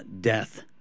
death